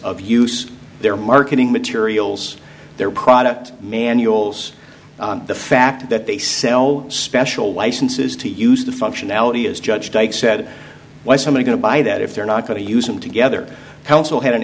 of use their marketing materials their product manuals the fact that they sell special licenses to use the functionality is judged said why some are going to buy that if they're not going to use them together council had an